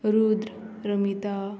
Rudra Ramita